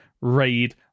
Raid